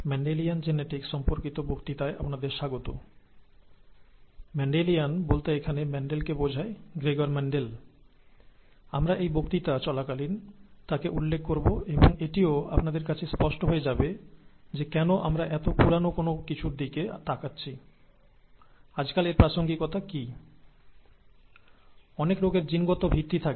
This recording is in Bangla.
অনেক রোগের জিনগত ভিত্তি থাকে